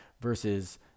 versus